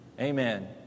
Amen